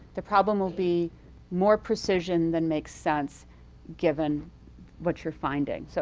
the problem will be more precision than make sense given what you're finding. so